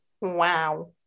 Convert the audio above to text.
wow